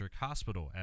hospital